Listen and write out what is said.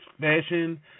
fashion